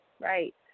right